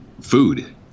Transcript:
food